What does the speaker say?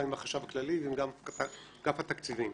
גם עם החשב הכללי וגם עם אגף התקציבים.